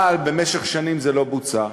אבל במשך שנים זה לא בוצע.